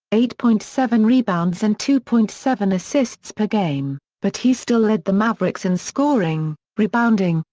eight point seven rebounds and two point seven assists per game, but he still led the mavericks in scoring, rebounding,